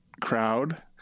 crowd